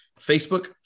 Facebook